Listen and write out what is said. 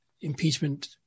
impeachment